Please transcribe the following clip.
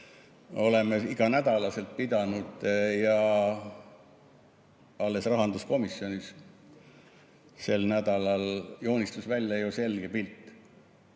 ... iganädalaselt pidanud ja alles rahanduskomisjonis sel nädalal joonistus välja selge pilt.